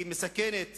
היא מסכנת